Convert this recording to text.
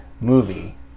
movie